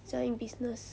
design business